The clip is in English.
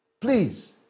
please